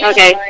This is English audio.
Okay